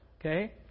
okay